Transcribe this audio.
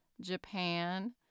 Japan